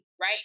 right